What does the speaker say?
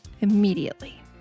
immediately